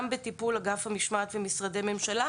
גם באגף המשמעת ומשרדי הממשלה,